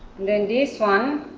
then this one,